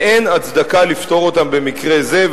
ואין הצדקה לפטור אותן במקרה זה,